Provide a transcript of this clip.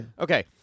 Okay